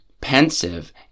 pensive